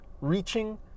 reaching